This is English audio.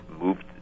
moved